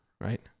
right